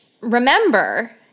remember